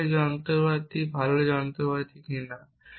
তাহলে এই যন্ত্রপাতি ভালো যন্ত্রপাতি কিনা